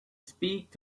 speak